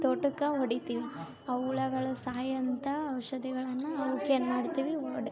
ತೋಟಕ್ಕೆ ಹೊಡಿತೀವಿ ಅವ ಹುಳಗಳು ಸಾಯೋಂತ ಔಷಧಿಗಳನ್ನ ಅವ್ಕ ಏನು ಮಾಡ್ತೀವಿ ಒಡ್